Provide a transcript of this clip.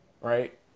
Right